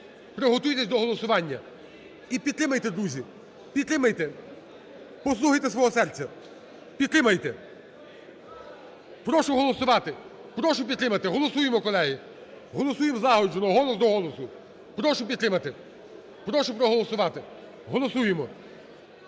Приготуйтеся до голосування і підтримайте, друзі, підтримайте, послухайте свого серця. Підтримайте. Прошу голосувати, прошу підтримати. Голосуємо, колеги. Голосуємо злагоджено голос до голосу. Прошу підтримати, прошу проголосувати.